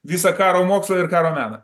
visą karo mokslą ir karo meną